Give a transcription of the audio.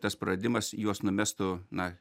tas praradimas juos numestų na